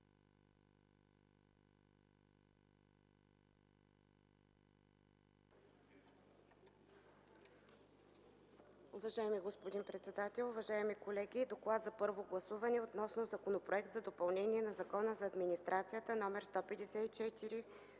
Уважаеми господин председател, уважаеми колеги! „ДОКЛАД за първо гласуване относно Законопроект за допълнение на Закона за администрацията №